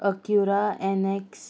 Acura NX